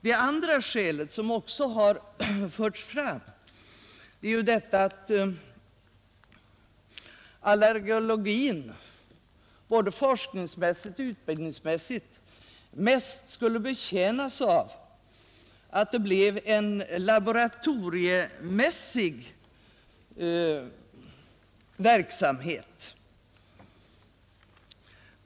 Det andra skälet som förts fram är detta att allergologin både forskningsmässigt och utbildningsmässigt bäst skulle betjänas av att det blev en laboratoriemässig verksamhet.